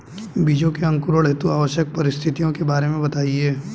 बीजों के अंकुरण हेतु आवश्यक परिस्थितियों के बारे में बताइए